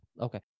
Okay